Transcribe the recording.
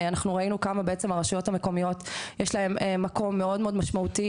אנחנו ראינו כמה לרשויות המקומיות יש מקום מאוד מאוד משמעותי